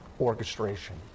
orchestration